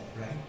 Right